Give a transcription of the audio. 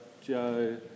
Joe